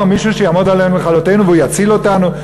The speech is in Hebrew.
מישהו שיעמוד עלינו לכלותנו והוא יציל אותנו?